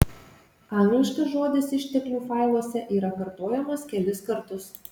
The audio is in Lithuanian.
angliškas žodis išteklių failuose yra kartojamas kelis kartus